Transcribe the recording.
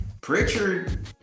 Pritchard